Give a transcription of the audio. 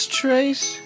trace